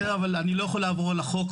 אני מצטער, אבל אני לא יכול לעבור על החוק.